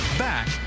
Back